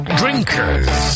drinkers